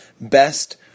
best